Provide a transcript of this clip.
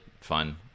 fun